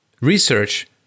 research